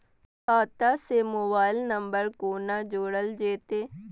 खाता से mobile number कोना जोरल जेते?